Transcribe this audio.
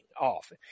off